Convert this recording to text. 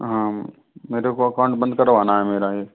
हाँ मेरे को अकाउंट बंद करवाना है मेरा ये